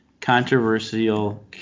Controversial